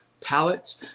pallets